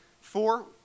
Four